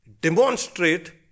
demonstrate